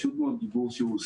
זה פשוט מאוד דיבור סתמי.